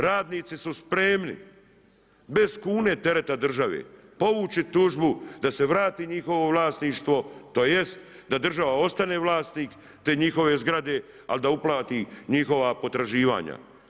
Radnici su spremni bez kune tereta države povući tužbu da se vrati njihovo vlasništvo tj. da država ostane vlasnik te njihove zgrade, ali da uplati njihova potraživanja.